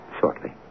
shortly